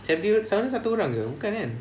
seventy dol~ sana satu orang ke bukan kan